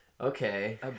Okay